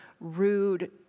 rude